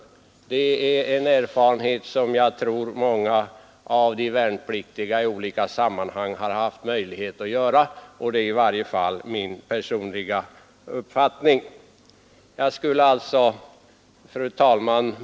Det är en erfarenhet som jag tror att många av de värnpliktiga har haft möjligheter att göra, och det är som sagt min personliga uppfattning. Fru talman!